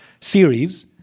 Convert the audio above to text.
series